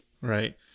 Right